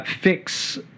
fix